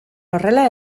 horrela